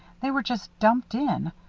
they were just dumped in.